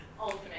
Ultimate